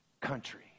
country